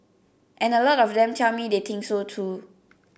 and a lot of them tell me that they think so too